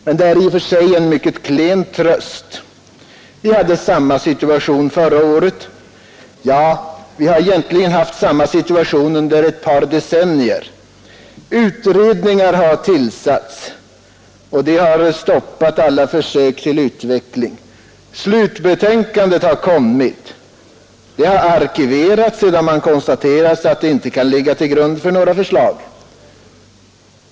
Men det är en mycket klen tröst. Vi hade samma situation förra året. Vi har egentligen haft samma situation under ett par decennier. Utredningar har tillsatts, och de har stoppat alla försök till utveckling. Slutbetänkande har kommit. Det har arkiverats, sedan man konstaterat att det inte kan ligga till grund för några förslag.